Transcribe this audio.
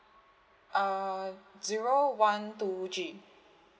uh zero one two G